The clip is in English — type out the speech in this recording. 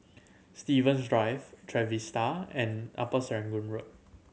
Stevens Drive Trevista and Upper Serangoon Road